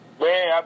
Man